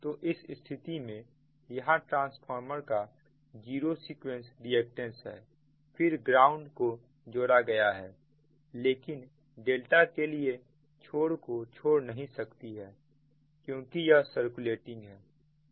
तो इस स्थिति में यह ट्रांसफार्मर का जीरो सीक्वेंस रिएक्टेंस है फिर ग्राउंड को जोड़ा गया है लेकिन डेल्टा के लिए छोर को छोड़ नहीं सकता है क्योंकि यह सर्कुलेटिंग है